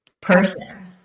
person